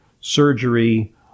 surgery